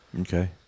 Okay